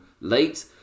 late